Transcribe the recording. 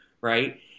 right